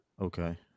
Okay